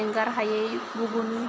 एंगारहायै गुबुन